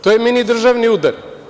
To je mini državni udar.